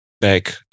back